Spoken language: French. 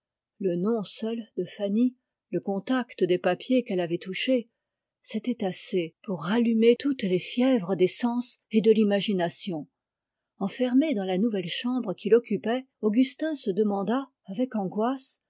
le nom seul de fanny le contact des papiers qu'elle avait touchés c'était assez pour rallumer toutes les fièvres des sens et de l'imagination enfermé dans la nouvelle chambre qu'il occupait augustin se demanda avec angoisse